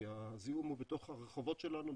כי הזיהום הוא בתוך הרחובות שלנו,